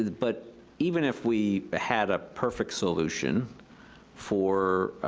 but even if we ah had a perfect solution for